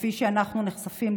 כפי שאנחנו נחשפים,